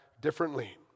differently